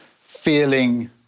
feeling